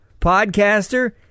podcaster